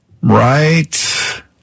Right